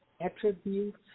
attributes